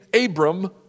Abram